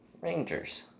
Rangers